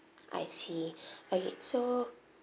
I see okay so